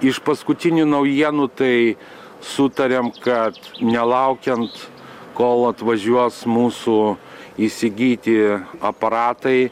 iš paskutinių naujienų tai sutariam kad nelaukiant kol atvažiuos mūsų įsigyti aparatai